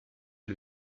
est